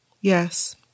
Yes